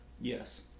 Yes